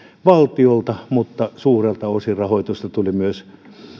valtiolta mutta suurelta osin rahoitusta tuli myös